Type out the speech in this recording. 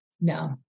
No